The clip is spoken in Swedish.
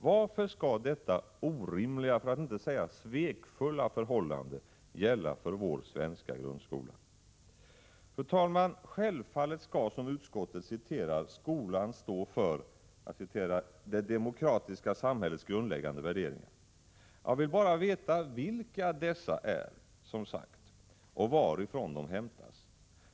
Varför skall detta orimliga, för att inte säga svekfulla förhållande gälla för vår svenska grundskola? Självfallet skall, som utskottet anför, skolan stå för ”det demokratiska samhällets grundläggande värderingar”. Jag vill som sagt bara veta vilka dessa är och varifrån de hämtas.